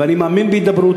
ואני מאמין בהידברות.